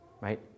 right